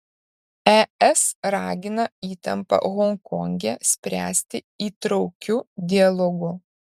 es ragina įtampą honkonge spręsti įtraukiu dialogu